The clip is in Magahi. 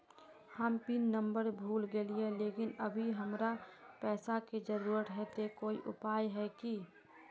हम पिन नंबर भूल गेलिये लेकिन अभी हमरा पैसा के जरुरत है ते कोई उपाय है की?